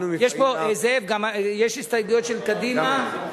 זאב, יש הסתייגויות של קדימה.